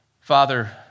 Father